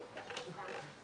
הישיבה ננעלה בשעה 11:33.